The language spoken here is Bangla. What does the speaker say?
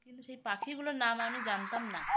কিন্তু সেই পাখিগুলোর নাম আমি জানতাম না